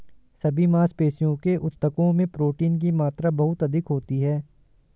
सभी मांसपेशियों के ऊतकों में प्रोटीन की मात्रा बहुत अधिक होती है